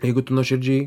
jeigu tu nuoširdžiai